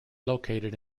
located